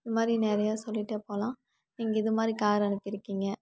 இது மாதிரி நிறையா சொல்லகிட்டே போகலாம் நீங்கள் இது மாதிரி காரை அனுப்பிருக்கிங்க